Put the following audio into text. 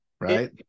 right